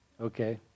Okay